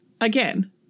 Again